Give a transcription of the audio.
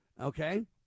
okay